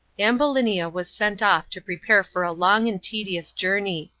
ambulinia was sent off to prepare for a long and tedious journey.